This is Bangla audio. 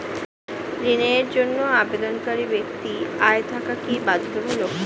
ঋণের জন্য আবেদনকারী ব্যক্তি আয় থাকা কি বাধ্যতামূলক?